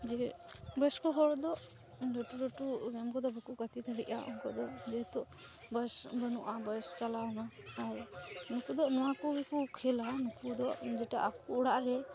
ᱡᱮ ᱵᱚᱭᱚᱥᱠᱚ ᱦᱚᱲᱫᱚ ᱞᱟᱹᱴᱩᱼᱞᱟᱹᱴᱩ ᱜᱮᱢ ᱠᱚᱫᱚ ᱵᱟᱠᱚ ᱜᱟᱛᱮ ᱫᱟᱲᱮᱜᱼᱟ ᱩᱱᱠᱚᱫᱚ ᱡᱮᱦᱮᱛᱩ ᱵᱚᱭᱚᱥ ᱵᱟᱹᱱᱩᱜᱼᱟ ᱵᱚᱭᱚᱥ ᱪᱟᱞᱟᱣᱮᱱᱟ ᱟᱨ ᱩᱱᱠᱚᱫᱚ ᱱᱚᱣᱟ ᱠᱚᱜᱮᱠᱚ ᱠᱷᱮᱞᱟ ᱡᱮᱴᱟ ᱟᱠᱚ ᱚᱲᱟᱜᱨᱮ